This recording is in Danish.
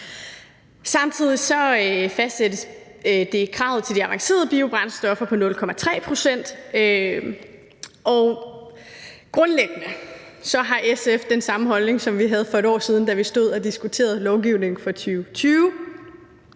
Samtidig fastsættes kravet til avancerede biobrændstoffer til 0,3 pct. Grundlæggende har SF den samme holdning, som vi havde for et år siden, da vi stod og diskuterede lovgivningen for 2020.